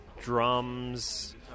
drums